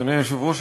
אדוני היושב-ראש,